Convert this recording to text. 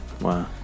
wow